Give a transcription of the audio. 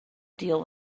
deal